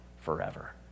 forever